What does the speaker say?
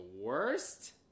worst